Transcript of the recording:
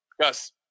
Gus